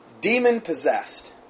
demon-possessed